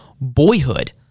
boyhood